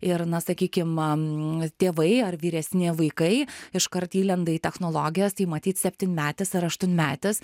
ir na sakykim tėvai ar vyresni vaikai iškart įlenda į technologijas tai matyt septynmetis ar aštuonmetis